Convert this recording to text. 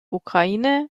ukraine